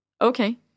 Okay